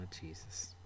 Jesus